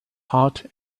hot